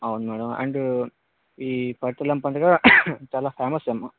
అవును madam and ఈ పైడితల్లి అమ్మ పండగ చాల ఫేమస్ అమ్మ